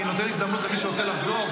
אני נותן הזדמנות למי שרוצה לחזור,